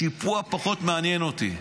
השיפוע פחות מעניין אותי,